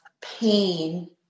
pain